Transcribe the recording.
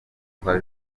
kwa